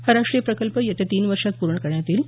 हा राष्ट्रीय प्रकल्प येत्या तीन वर्षात पूर्ण करण्यात येईल